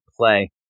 play